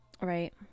right